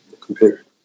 compared